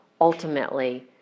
ultimately